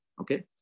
Okay